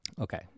Okay